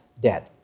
dead